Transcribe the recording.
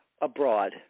abroad